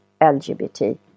lgbt